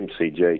MCG